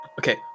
Okay